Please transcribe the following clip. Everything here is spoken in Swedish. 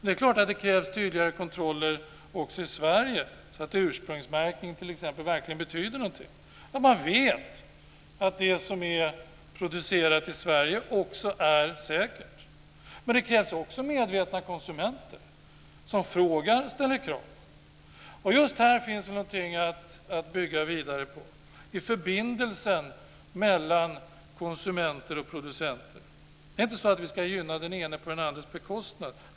Det är klart att det behövs tydligare kontroller också i Sverige så att t.ex. ursprungsmärkningen verkligen betyder någonting och så att man vet att det som är producerat i Sverige också är säkert. Men det krävs också medvetna konsumenter som frågar och ställer krav. Här finns det någonting att bygga vidare på i förbindelsen mellan konsumenter och producenter. Det är inte så att vi ska gynna en ene på den andres bekostnad.